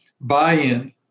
buy-in